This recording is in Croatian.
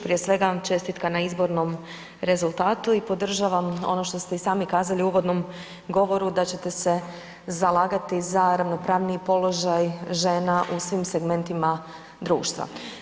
Prije svega, čestitka na izbornom rezultatu i podržavam ono što ste i sami kazali u uvodnom govoru da ćete se zalagati za ravnopravniji položaj žena u svim segmentima društva.